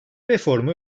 reformu